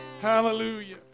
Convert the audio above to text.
hallelujah